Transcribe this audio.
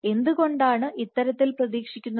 എന്തുകൊണ്ടാണ് ഇത്തരത്തിൽ പ്രതീക്ഷിക്കുന്നത്